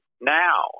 now